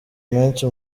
menshi